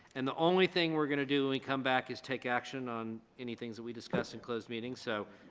and the only thing we're going to do when we come back is take action on any things that we discussed in closed meeting so.